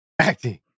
acting